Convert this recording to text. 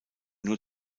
nur